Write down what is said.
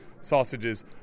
sausages